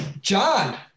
John